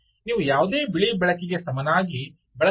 ನೀವು ಯಾವುದೇ ಬಿಳಿ ಬೆಳಕಿಗೆ ಸಮನಾಗಿ ಬೆಳಕನ್ನು ನೀಡಲು ಸಾಧ್ಯವಾಗುವುದಿಲ್ಲ